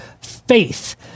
faith